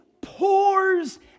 pours